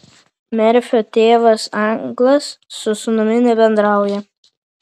merfio tėvas anglas su sūnumi nebendrauja